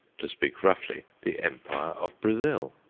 to speak roughly, the empire of brazil.